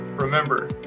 Remember